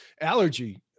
allergy